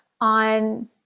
on